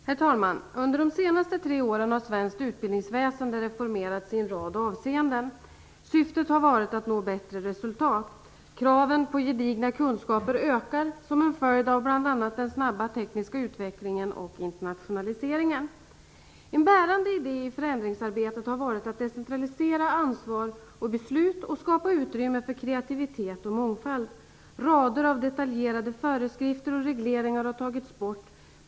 Herr talman! Under de tre senaste åren har svenskt utbildningsväsende reformerats i en rad avseenden. Syftet har varit att nå bättre resultat. Kraven på gedigna kunskaper ökar som en följd av bl.a. den snabba tekniska utvecklingen och internationaliseringen. En bärande idé i förändringsarbetet har varit att decentralisera ansvar och beslut och att skapa utrymme för kreativitet och mångfald. Rader av detaljerade föreskrifter och regleringar har tagits bort.